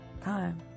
time